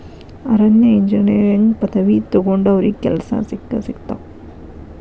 ಅರಣ್ಯ ಇಂಜಿನಿಯರಿಂಗ್ ಪದವಿ ತೊಗೊಂಡಾವ್ರಿಗೆ ಕೆಲ್ಸಾ ಸಿಕ್ಕಸಿಗತಾವ